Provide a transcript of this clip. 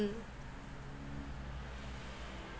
mm